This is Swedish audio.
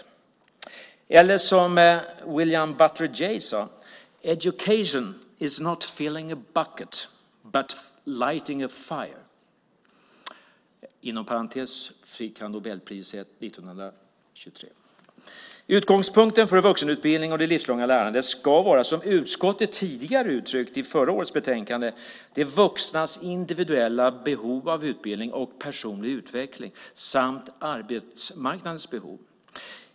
William Butler Yeats sade: "Education is not filling a bucket, but lighting a fire." Inom parentes kan jag säga att han fick Nobelpriset 1923. Utgångspunkten för vuxenutbildningen och det livslånga lärandet ska, som utskottet i ett betänkande förra året uttryckt, vara de vuxnas individuella behov av utbildning och personlig utveckling samt arbetsmarknadens behov.